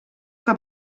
que